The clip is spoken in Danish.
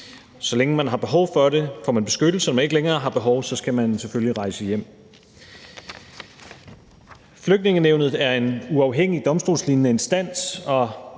Så længe man har behov for det, får man beskyttelse, og når man ikke længere har behov for det, skal man selvfølgelig rejse hjem. Flygtningenævnet er en uafhængig domstolslignende instans